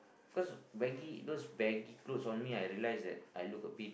cause baggy those baggy cloth on me I realise that I look a bit